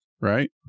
right